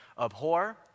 abhor